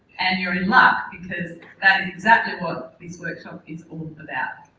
and you're in luck because that exactly what this workshop is all about.